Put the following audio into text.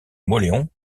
mauléon